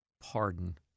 pardon